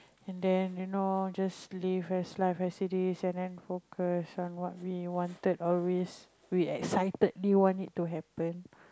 and then you know just live as life as it is and then focus on what we wanted always we excitedly want it to happen